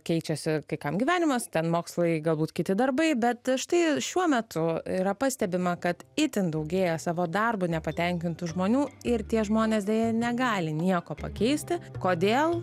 keičiasi kai kam gyvenimas ten mokslai galbūt kiti darbai bet štai šiuo metu yra pastebima kad itin daugėja savo darbu nepatenkintų žmonių ir tie žmonės deja negali nieko pakeisti kodėl